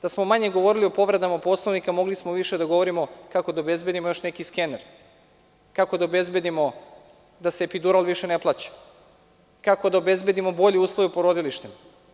Da smo manje govorili o povredama Poslovnika, mogli smo više da govorimo kako da obezbedimo još neki skener, kako da obezbedimo da se epidural više ne plaća, kako da obezbedimo bolje uslove u porodilištima.